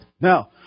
Now